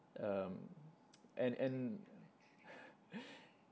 um and and